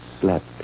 slept